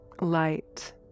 light